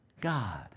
God